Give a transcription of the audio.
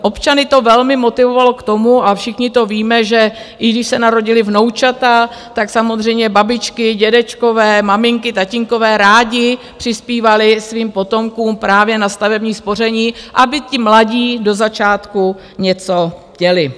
Občany to velmi motivovalo k tomu, a všichni to víme, že i když se narodila vnoučata, tak samozřejmě babičky, dědečkové, maminky, tatínkové rádi přispívali svým potomkům právě na stavební spoření, aby ti mladí do začátku něco měli.